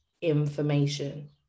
information